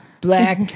Black